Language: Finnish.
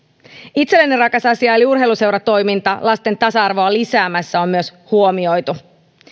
itselleni rakas asia eli urheiluseuratoiminta lasten tasa arvoa lisäämässä on myös huomioitu